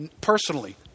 personally